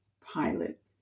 pilot